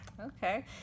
okay